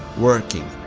working,